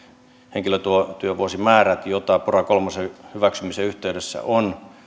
henkilötyövuosimäärät jotka pora kolmosen hyväksymisen yhteydessä on